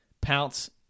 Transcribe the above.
pounce